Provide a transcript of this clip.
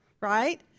Right